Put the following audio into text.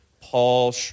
Paul